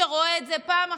כשהוא רואה את זה פעם אחת,